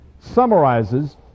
summarizes